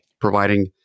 providing